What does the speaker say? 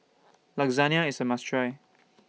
Lasagne IS A must Try